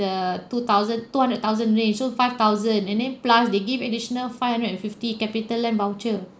the two thousand two hundred thousand range so five thousand and then plus they give additional five hundred and fifty capitaland voucher